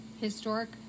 historic